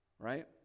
right